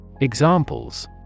examples